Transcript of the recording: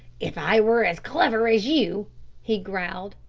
if i were as clever as you he growled.